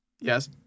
Yes